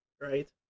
right